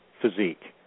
physique